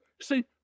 See